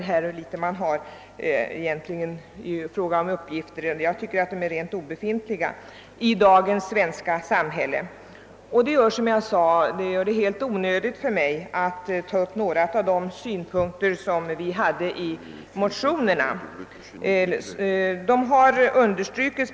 även herr Werner framhöll hur små adelns uppgifter är, ja helt obefintliga. Detta gör att det är onödigt för mig att ta upp några av de i motionerna framförda synpunkterna.